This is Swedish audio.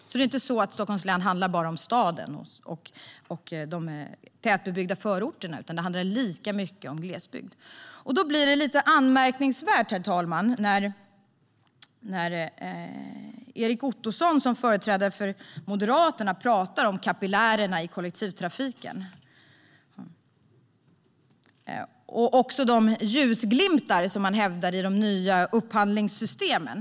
Stockholms län innefattar alltså inte bara staden och de tätt bebyggda förorterna. Det innefattar också glesbygd. Då blir det lite anmärkningsvärt, herr talman, när Erik Ottoson, som företrädare för Moderaterna, talar om kapillärerna i kollektivtrafiken och om de ljusglimtar som han hävdar finns i de nya upphandlingssystemen.